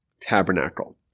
tabernacle